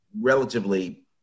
relatively